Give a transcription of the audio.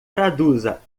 traduza